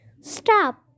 Stop